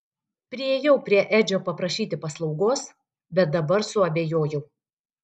priėjau prie edžio paprašyti paslaugos bet dabar suabejojau